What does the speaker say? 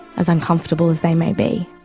as uncomfortable as they may be.